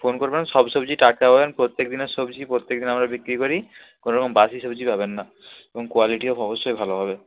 phone করবেন সব সবজি টাটকা পাবেন প্রত্যেকদিনের সবজি প্রত্যেকদিন আমরা বিক্রি করি কোনো রকম বাসি সবজি পাবেন না এবং কোয়ালিটিও অবশ্যই ভালো হবে